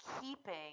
keeping